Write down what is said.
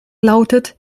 lautet